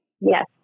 yes